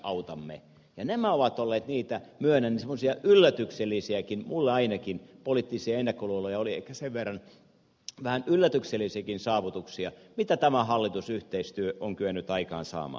myönnän että nämä ovat olleet niitä semmoisia yllätyksellisiäkin saavutuksia minulle ainakin poliittisia ennakkoluuloja oli ehkä sen verran mitä tämä hallitusyhteistyö on kyennyt aikaansaamaan